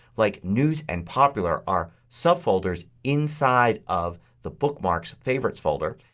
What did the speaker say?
like news and popular are subfolder, inside of the bookmarks favorites folder,